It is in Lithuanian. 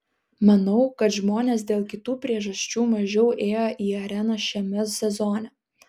manau kad žmonės dėl kitų priežasčių mažiau ėjo į areną šiame sezone